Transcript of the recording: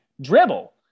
dribble